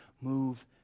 move